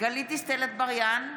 גלית דיסטל אטבריאן,